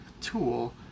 tool